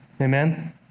Amen